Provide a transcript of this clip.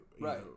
Right